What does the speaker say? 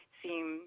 seem